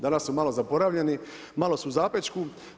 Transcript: Danas, su malo zaboravljeni, malo su u zapećku.